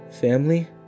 family